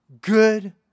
good